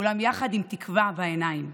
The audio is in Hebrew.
כולם יחד עם תקווה בעיניים.